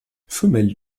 femelle